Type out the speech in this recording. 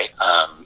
right